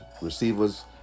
receivers